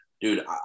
dude